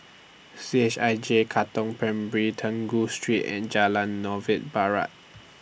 C H I J Katong Primary Street and Jalan Novena Barat